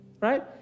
right